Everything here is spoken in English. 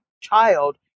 child